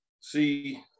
see